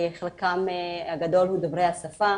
חלקם הגדול הוא דוברי השפה.